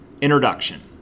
Introduction